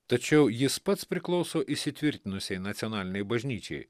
tačiau jis pats priklauso įsitvirtinusiai nacionalinei bažnyčiai